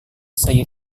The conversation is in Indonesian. saya